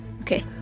Okay